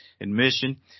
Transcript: admission